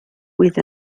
with